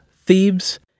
Thebes